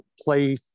play